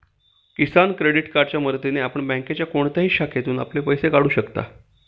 किसान credit कार्डच्या मदतीने आपण बँकेच्या कोणत्याही शाखेतून आपले पैसे काढू शकता